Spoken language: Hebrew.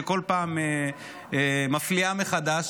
שכל פעם מפליאה מחדש,